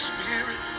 Spirit